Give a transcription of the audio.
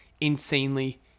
insanely